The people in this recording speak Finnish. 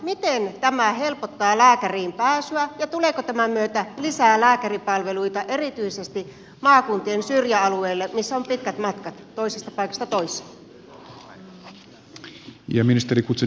miten tämä helpottaa lääkäriin pääsyä ja tuleeko tämän myötä lisää lääkäripalveluita erityisesti maakuntien syrjäalueille joissa on pitkät matkat toisesta paikasta toiseen